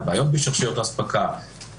על בעיות בשרשרת האספקה,